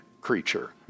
creature